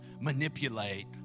manipulate